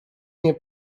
nie